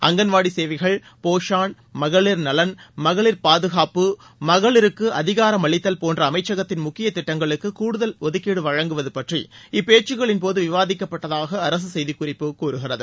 அங்கன்வாடி சேவைகள் போஷான் மகளிர் நவம் மகளிர் பாதுகாப்பு மகளிருக்கு அதிகாரமளித்தல் போன்ற அமைச்சகத்தின் முக்கிய திட்டங்களுக்கு கூடுதல் ஒதுக்கீடு வழங்குவது பற்றி இப்பேச்சக்களின்போது விவாதிக்கப்பட்டதாக அரசு செய்திக்குறிப்பு கூறுகிறது